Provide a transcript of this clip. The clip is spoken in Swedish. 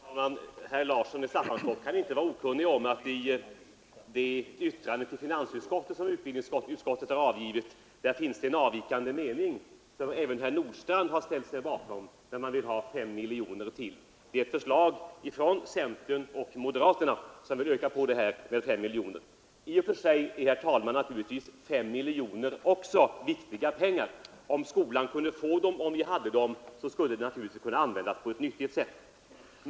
Herr talman! Herr Larsson i Staffanstorp kan inte vara okunnig om att det i det yttrande till finansutskottet som utbildningsutskottet har avgivit finns en avvikande mening, som även herr Nordstrandh ställer sig bakom och som innebär att man vill ha ytterligare 5 miljoner. Det är alltså centern och moderaterna som vill öka på anslaget med 5 miljoner. I och för sig är naturligtvis 5 miljoner också viktiga pengar, och om vi hade dessa pengar och skolan kunde få dem skulle de naturligtvis kunna användas på ett nyttigt sätt.